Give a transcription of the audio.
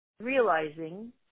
realizing